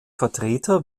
vertreter